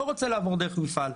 לא רוצה לעבור דרך המפעל.